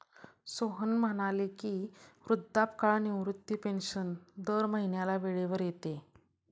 सोहन म्हणाले की, वृद्धापकाळ निवृत्ती पेन्शन दर महिन्याला वेळेवर येते